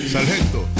Sargento